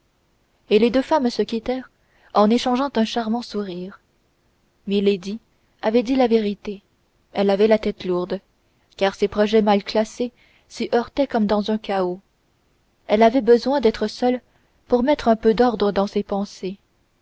et les deux femmes se quittèrent en échangeant un charmant sourire milady avait dit la vérité elle avait la tête lourde car ses projets mal classés s'y heurtaient comme dans un chaos elle avait besoin d'être seule pour mettre un peu d'ordre dans ses pensées